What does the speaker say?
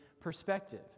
perspective